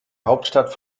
hauptstadt